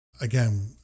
again